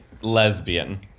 lesbian